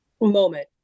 moment